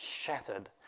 shattered